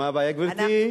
מה הבעיה, גברתי?